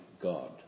God